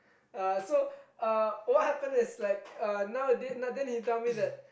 uh so uh what happen is like uh nowadays then he tell me that